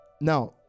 Now